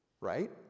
right